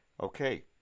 Okay